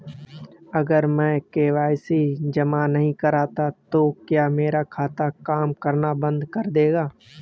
अगर मैं के.वाई.सी जमा नहीं करता तो क्या मेरा खाता काम करना बंद कर देगा?